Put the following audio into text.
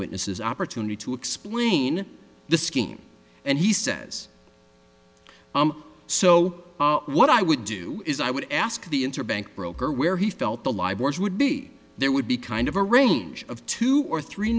witnesses opportunity to explain the scheme and he says so what i would do is i would ask the interbank broker where he felt the libraries would be there would be kind of a range of two or three